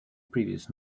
previous